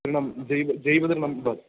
तृणं जैवं जैवं तृणं बस्